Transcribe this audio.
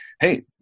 hey